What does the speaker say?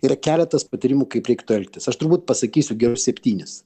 yra keletas patarimų kaip reiktų elgtis aš turbūt pasakysiu gerus septynis